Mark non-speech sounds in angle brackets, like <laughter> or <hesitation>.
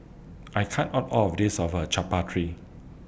I can't Art All of This of <hesitation> Chaat Papri